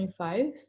25